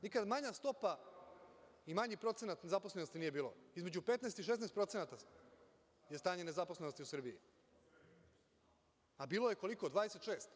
Nikada manja stopa i manji procenat nezaposlenosti nije bio, između 15% i 16% je stanje nezaposlenosti u Srbiji, a bilo je, koliko, 26%